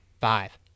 five